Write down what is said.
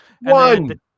One